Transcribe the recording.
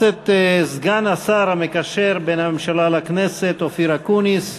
סגן השר המקשר בין הממשלה לכנסת חבר הכנסת אופיר אקוניס,